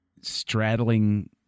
straddling